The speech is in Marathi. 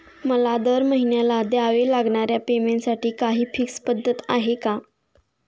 मला दरमहिन्याला द्यावे लागणाऱ्या पेमेंटसाठी काही फिक्स पद्धत आहे का?